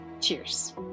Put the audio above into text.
Cheers